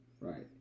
Right